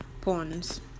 pawns